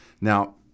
Now